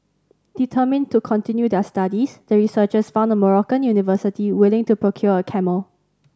determined to continue their studies the researchers found a Moroccan university willing to procure a camel